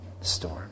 storm